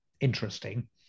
interesting